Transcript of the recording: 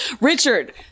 Richard